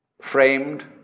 framed